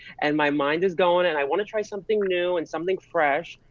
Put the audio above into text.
and my mind is going and i wanna try something new and something fresh.